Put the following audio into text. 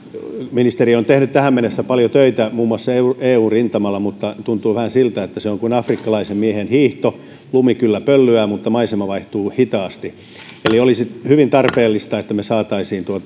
ministeri on tehnyt tähän mennessä paljon töitä muun muassa eu eu rintamalla mutta tuntuu vähän siltä että se on kuin afrikkalaisen miehen hiihto lumi kyllä pöllyää mutta maisema vaihtuu hitaasti eli olisi hyvin tarpeellista että me saisimme